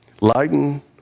lighten